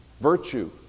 virtue